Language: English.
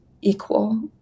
equal